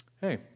Hey